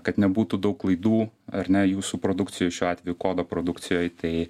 kad nebūtų daug klaidų ar ne jūsų produkcijoj šiuo atveju kodo produkcijoj tai